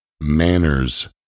Manners